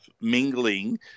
mingling